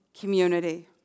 community